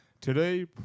Today